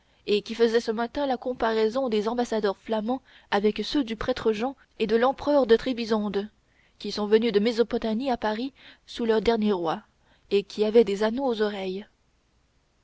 et qui faisait ce matin la comparaison des ambassadeurs flamands avec ceux du prêtre jean et de l'empereur de trébisonde qui sont venus de mésopotamie à paris sous le dernier roi et qui avaient des anneaux aux oreilles